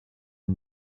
and